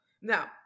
now